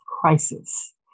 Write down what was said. crisis